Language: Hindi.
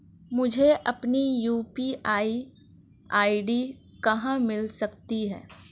मुझे अपनी यू.पी.आई आई.डी कहां मिल सकती है?